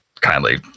kindly